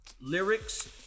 Lyrics